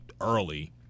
early